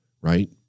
Right